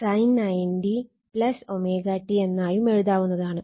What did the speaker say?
sin 90 o ω t എന്നായും എഴുതാവുന്നതാണ്